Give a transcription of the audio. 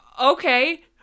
Okay